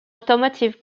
automotive